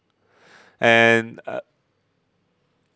and uh